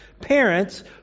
parents